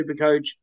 Supercoach